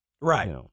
Right